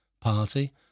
party